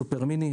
סופר מיני,